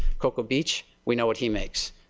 cocoa beach we know what he makes.